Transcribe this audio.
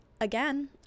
again